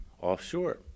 offshore